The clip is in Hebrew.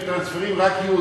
מטרנספרים רק יהודים.